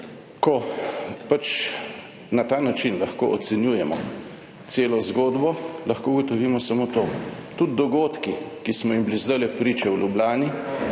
Ko pač na ta način lahko ocenjujemo celo zgodbo, lahko ugotovimo samo to. Tudi dogodki, ki smo jim bili zdajle priča v Ljubljani,